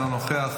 אינו נוכח,